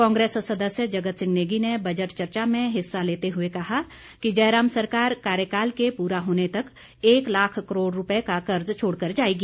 कांग्रेस सदस्य जगत सिंह नेगी ने बजट चर्चा में हिस्सा लेते हुए कहा कि जयराम सरकार कार्यकाल के पूरा होने तक एक लाख करोड़ रूपए का कर्ज छोड़कर जाएगी